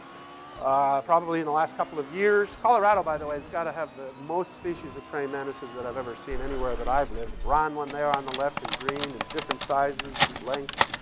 ah probably in the last couple of years. colorado, by the way, has got to have the most species of praying mantises that i've ever seen anywhere that i've lived. the brown one there on the left, and green, and different sizes and lengths.